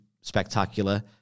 spectacular